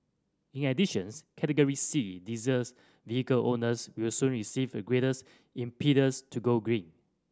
in additions Category C diesels vehicle owners will soon receive graters impetus to go green